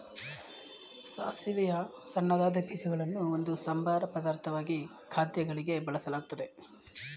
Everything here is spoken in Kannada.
ಸಾಸಿವೆಯ ಸಣ್ಣದಾದ ಬೀಜಗಳನ್ನು ಒಂದು ಸಂಬಾರ ಪದಾರ್ಥವಾಗಿ ಖಾದ್ಯಗಳಿಗೆ ಬಳಸಲಾಗ್ತದೆ